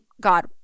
God